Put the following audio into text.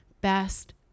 best